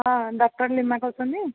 ହଁ doctor Lima କହୁଛନ୍ତି